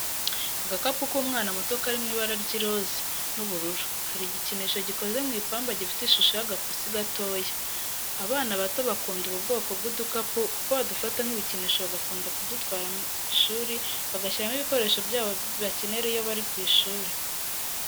Agakapu k'umwana muto kari mu ibara ry'iroza n'ubururu, hari igikinisho gikoze mu ipamba gifite ishusho y'agapusi gatoya, abana bato bakunda ubu bwoko bw'udukapu kuko badufata nk'ibikinisho bagakunda kudutwara ku ishuri bagashyiramo ibikoresho byabo bakenera iyo bari ku ishuri.